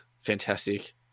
Fantastic